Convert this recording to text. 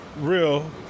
Real